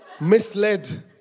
misled